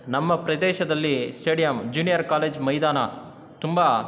ನಮ್ಮ ಪ್ರದೇಶದಲ್ಲಿ stadium junior college ಮೈದಾನ ತುಂಬ